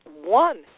one